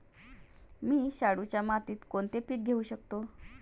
मी शाडूच्या मातीत कोणते पीक घेवू शकतो?